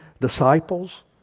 disciples